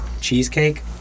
cheesecake